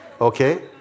okay